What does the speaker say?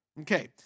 Okay